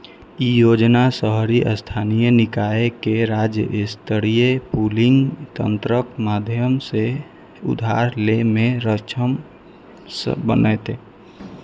ई योजना शहरी स्थानीय निकाय कें राज्य स्तरीय पूलिंग तंत्रक माध्यम सं उधार लै मे सक्षम बनेतै